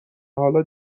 حالا